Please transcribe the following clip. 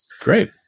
great